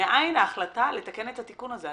מאין ההחלטה לתקן את התיקון הזה.